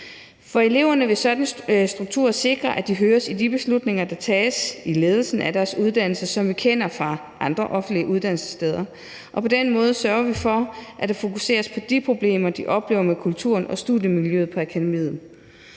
For eleverne vil en sådan struktur sikre, at de høres i de beslutninger, der tages i ledelsen af deres uddannelse, som vi kender det fra andre offentlige uddannelsessteder, og på den måde sørger vi for, at der fokuseres på de problemer, som de oplever med kulturen og studiemiljøet på akademiet.